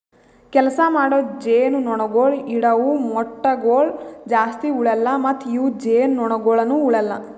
ಕೆಲಸ ಮಾಡೋ ಜೇನುನೊಣಗೊಳ್ ಇಡವು ಮೊಟ್ಟಗೊಳ್ ಜಾಸ್ತಿ ಉಳೆಲ್ಲ ಮತ್ತ ಇವು ಜೇನುನೊಣಗೊಳನು ಉಳೆಲ್ಲ